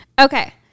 Okay